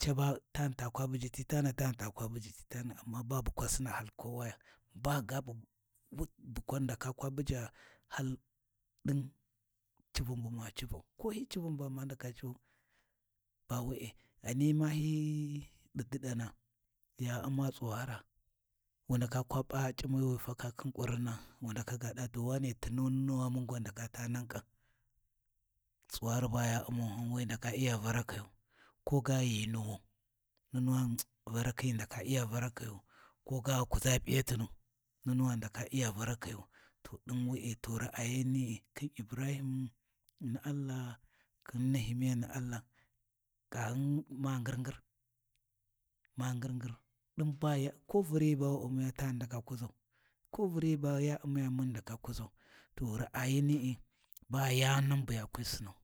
caba tani ta kwa bujiti ta tani takwa buji ti tana amma babu kwa Sina hal kowaya. civun bu ma civun, ko hi ko hi civun ba mana ndaka civou, ba we’e ghani ma hi di diɗana ya U’ms tsuwara wu ndaka P’a c’imi wi faka khin kuruna wu ndaka ga ɗaa wane tinu mun ghan ghi ndaka taa nan kam. Tsuwari baya U’mau ghou we ghi ndaka Iya Varakayu, ko ga ghi nuwau, nunuwani ghi ndake Iya Varakoyu. To din we’e to raayani’i khin Ibrahim Na’Allah khin Nehemiah Na’Allah, kaghun ma ngir ngir ma ngir ngir ɗin ba yan ko Vunoyi ba wu umiya tani ndaka kuʒau, ko Vuriyi ba ya Umiya mun ghi ndaka kuʒau to raayani’i bayani na bu hi kwi Sinau.